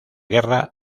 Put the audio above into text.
guerra